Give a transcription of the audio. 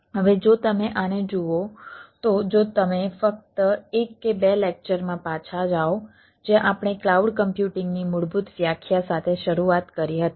હવે જો તમે આને જુઓ તો જો તમે ફક્ત એક કે બે લેક્ચરમાં પાછા જાઓ જ્યાં આપણે ક્લાઉડ કમ્પ્યુટિંગની મૂળભૂત વ્યાખ્યા સાથે શરૂઆત કરી હતી